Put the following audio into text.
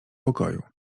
pokoju